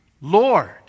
Lord